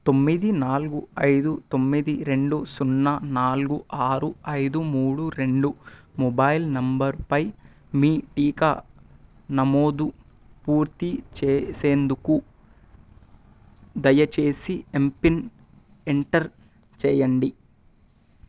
తొమ్మిది నాలుగు ఐదు తొమ్మిది రెండు సున్నా నాలుగు ఆరు ఐదు మూడు రెండు మొబైల్ నంబరుపై మీ టీకా నమోదు పూర్తి చేసేందుకు దయచేసి ఎంపిన్ ఎంటర్ చేయండి